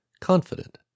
confident